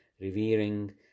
revering